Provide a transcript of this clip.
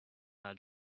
her